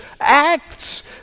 acts